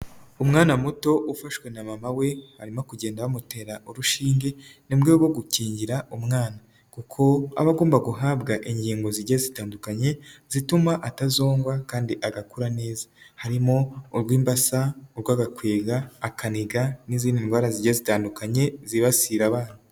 Umwana muto ufashwe na mama we, barimo kugenda bamutera urushinge, ni mu buryo bwo gukingira umwana. Kuko aba agomba guhabwa inkingo zigiye zitandukanye zituma atazongwa kandi agakura neza. Harimo urw'imbasa, urw'agakwega, akaniga n'izindi ndwara zigiye zitandukanye zibasira abana.